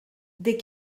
des